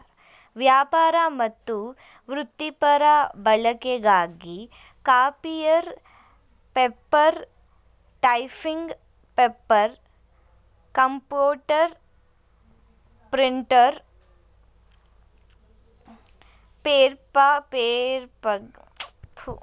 ವ್ಯಾಪಾರ ಮತ್ತು ವೃತ್ತಿಪರ ಬಳಕೆಗಾಗಿ copier paper typing paper computer printer ಪೇಪರ್ಗೆ ಕಾಗದ ಬಳಸ್ತಾರೆ